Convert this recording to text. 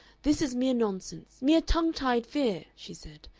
this is mere nonsense, mere tongue-tied fear! she said.